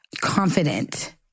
confident